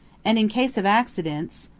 and in case of accidents,